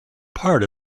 part